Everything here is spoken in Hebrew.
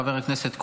חבר הכנסת כהן,